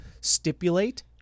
stipulate